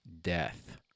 death